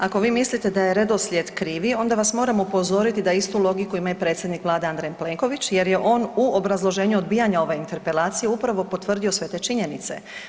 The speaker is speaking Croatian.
Ako vi mislite da je redoslijed krivi onda vas moram upozoriti da istu logiku ima i predsjednik Vlade Andrej Plenković jer je on u obrazloženju odbijanja ove interpelacije upravo potvrdio sve te činjenice.